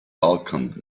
welcomed